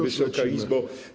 Wysoka Izbo!